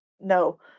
no